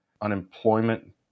unemployment